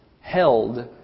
held